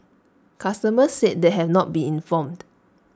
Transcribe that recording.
customers said they had not been informed